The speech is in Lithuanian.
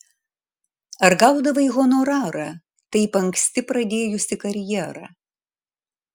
ar gaudavai honorarą taip anksti pradėjusi karjerą